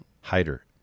Hider